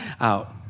out